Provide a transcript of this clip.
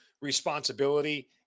responsibility